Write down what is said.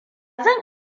zan